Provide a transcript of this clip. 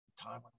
time